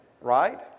right